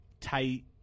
tight